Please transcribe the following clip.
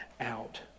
out